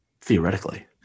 Theoretically